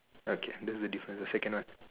okay that's the difference the second one